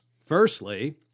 Firstly